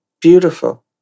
beautiful